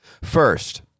First